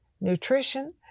nutrition